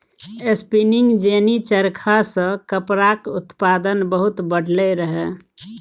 spinning jenny चरखा सँ कपड़ाक उत्पादन बहुत बढ़लै रहय